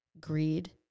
greed